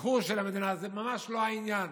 רכוש של המדינה, זה ממש לא העניין.